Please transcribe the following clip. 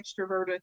extroverted